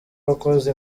wakoze